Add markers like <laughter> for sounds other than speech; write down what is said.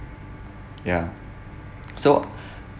ya so <breath>